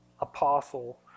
apostle